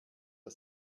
der